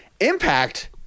Impact